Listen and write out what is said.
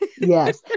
yes